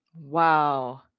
Wow